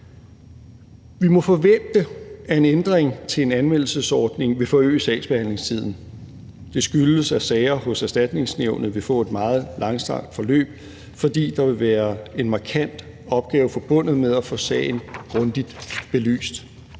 Vi må forvente, at en ændring til en anmeldelsesordning vil forøge sagsbehandlingstiden. Det skyldes, at sager ved Erstatningsnævnet vil få et meget langstrakt forløb, fordi der vil være en markant opgave forbundet med at få sagen grundigt belyst.